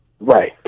right